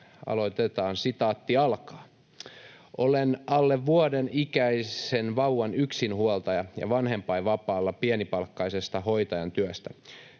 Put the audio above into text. aloitetaan. ”Olen alle vuoden ikäisen vauvan yksinhuoltaja ja vanhempainvapaalla pienipalkkaisesta hoitajan työstä.